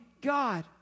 God